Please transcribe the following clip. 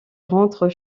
rentrent